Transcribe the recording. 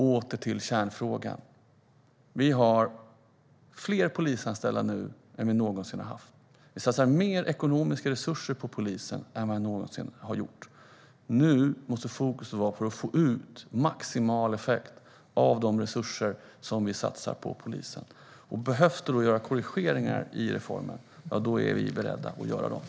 Åter till kärnfrågan: Det finns fler polisanställda nu än det någonsin har funnits. Vi satsar mer ekonomiska resurser på polisen än vad vi någonsin har gjort. Nu måste fokus vara på att få ut maximal effekt av de resurser som har satsats på polisen. Behövs det korrigeringar i reformen är vi bereda att göra det.